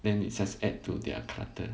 then it just adds to their clutter